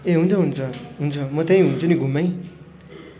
ए हुन्छ हुन्छ हुन्छ म त्यहीँ हुन्छु नि घुममै